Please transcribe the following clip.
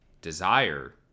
desire